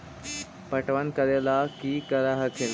पटबन करे ला की कर हखिन?